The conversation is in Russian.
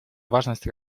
важность